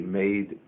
made